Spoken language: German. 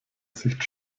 sicht